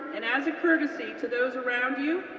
and as a courtesy to those around you,